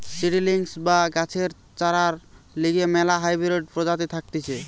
seedlings বা গাছের চরার লিগে ম্যালা হাইব্রিড প্রজাতি থাকতিছে